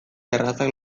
errazak